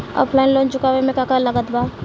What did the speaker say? Offline loan चुकावे म का का लागत बा?